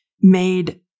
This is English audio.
made